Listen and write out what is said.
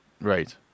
right